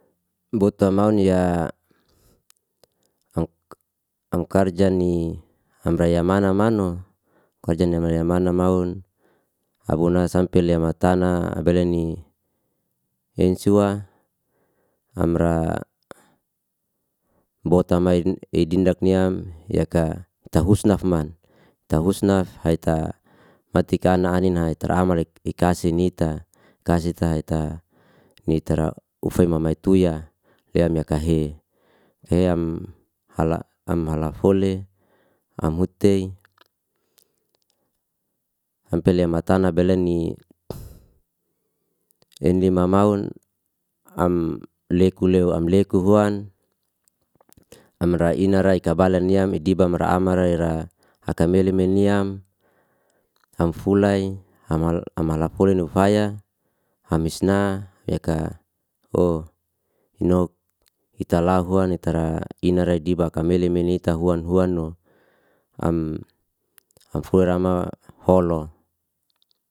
Buta maun ya angkarjani amra ya mana mano. Karja ni amra ya mana maun, abuna sampil ya matana, abelenni insuwa, amra bota main i- idi dindak niam, yaka tahusnaf man. Tausnaf haite matika anin nayit tera amrik akasih nita, kasita ta nitara ufei maimatuya, liam yaka he- he am halafole am huttei ampile matana belanni enlima maun, am leku leu am leku huan, amra inara ikabalan niam idiba amra ra'ama rera akamele meniam, am fulay, am halafoli ufaya, amisna yaka ho nok italahuan itara inare idiba akamelmeneita huan huanno am fulay rama hollo.